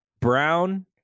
Brown